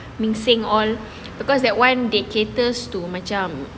ming seng all because that [one] they caters to macam